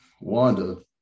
Wanda